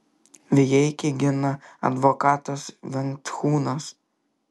vijeikį gina advokatas venckūnas